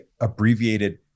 abbreviated